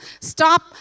Stop